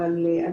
אבל אין